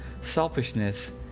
selfishness